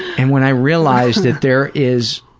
and when i realized that there is